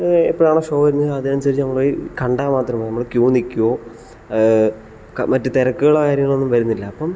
എപ്പോഴാണ് ഷോ വരുന്നത് അതിനനുസരിച്ച് നമ്മൾ കണ്ടാൽ മാത്രം മതി നമ്മൾ ക്യൂ നിൽക്കുയോ മറ്റു തിരക്കുകളോ കാര്യങ്ങളോ ഒന്നും വരുന്നില്ല അപ്പം